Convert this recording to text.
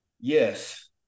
Yes